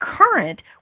current